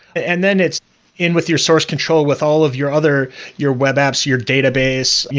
and then it's in with your source control with all of your other your web apps, your database,